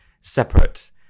separate